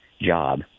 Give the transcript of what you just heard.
job